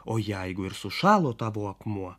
o jeigu ir sušalo tavo akmuo